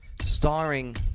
Starring